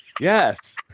Yes